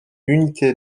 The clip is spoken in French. unité